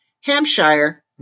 Hampshire